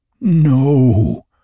No